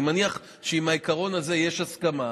אני מניח שעם העיקרון יש הסכמה.